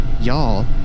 Y'all